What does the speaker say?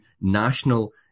national